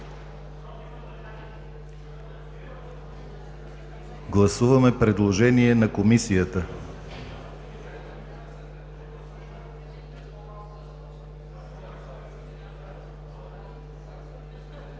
Гласуваме предложение на Комисията